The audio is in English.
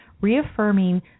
reaffirming